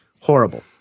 horrible